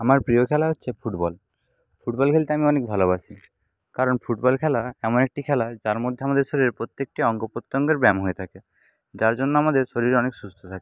আমার প্রিয় খেলা হচ্ছে ফুটবল ফুটবল খেলতে আমি অনেক ভালোবাসি কারণ ফুটবল খেলা এমন একটি খেলা যার মধ্যে আমাদের শরীরের প্রত্যেকটি অঙ্গ প্রত্যঙ্গের ব্যায়াম হয়ে থাকে যার জন্য আমাদের শরীর অনেক সুস্থ থাকে